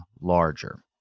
larger